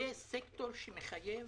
זה סקטור שמחייב